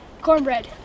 cornbread